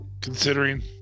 considering